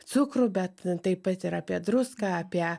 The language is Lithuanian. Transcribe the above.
cukrų bet taip pat ir apie druską apie